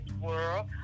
world